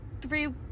three